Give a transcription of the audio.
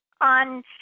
on